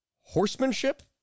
Horsemanship